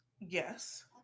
yes